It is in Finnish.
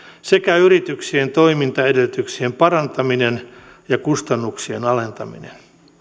sekä yrityksien toimintaedellytyksien parantaminen ja kustannuksien alentaminen